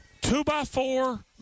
Two-by-four